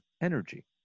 energy